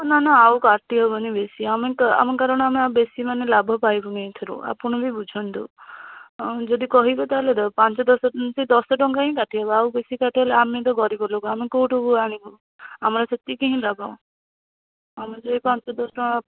ନା ନା ଆଉ କାଟି ହେବନି ବେଶୀ ଆମେ ତ ଆମେ କାରଣ ଆମେ ବେଶୀ ମାନେ ଲାଭ ପାଇବୁନି ଏଇଥିରୁ ଆପଣ ବି ବୁଝନ୍ତୁ ଯଦି କହିବେ ତା'ହେଲେ ଦେଖ ପାଞ୍ଚ ଦଶ ସେଇ ଦଶଟଙ୍କା ହିଁ କାଟିହେବ ଆଉ ବେଶୀ କାଟିଲେ ଆମେ ତ ଗରିବ ଲୋକ ଆମେ କେଉଁଠୁ ଆଣିବୁ ଆମର ସେତିକି ହିଁ ଦେବ ଆମର ଯଦି ପାଞ୍ଚ ଦଶ ଟଙ୍କା